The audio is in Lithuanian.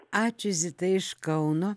ačiū zita iš kauno